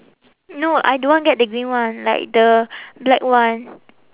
no I don't want get the green one like the black one